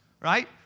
right